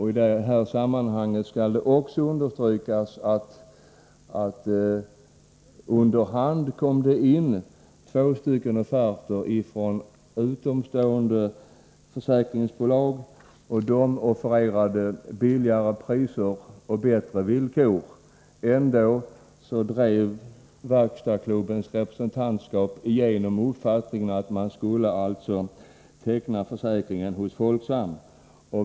I detta sammanhang skall också understrykas att det under hand kom in två offerter från utomstående försäkringsbolag, och de offererade billigare priser och bättre villkor. Ändå drev verkstadsklubbens representantskap igenom uppfattningen att man skulle teckna försäkringen hos Folksam.